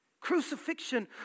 Crucifixion